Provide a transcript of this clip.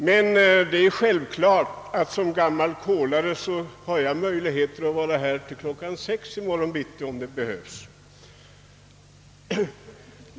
Men det är självklart att som gammal kolare har jag möjlighet att vara här till klockan sex i morgon bitti om det behövs.